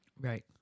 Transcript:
right